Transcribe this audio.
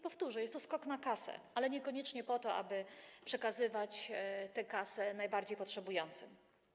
Powtórzę: jest to skok na kasę, ale niekoniecznie po to, aby przekazywać tę kasę najbardziej potrzebującym.